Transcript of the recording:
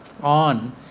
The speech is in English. on